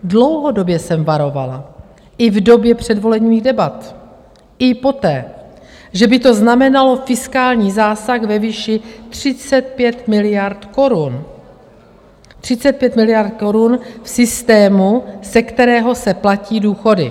Dlouhodobě jsem varovala, i v době předvolebních debat, i poté, že by to znamenalo fiskální zásah ve výši 35 miliard korun 35 miliard korun v systému, ze kterého se platí důchody.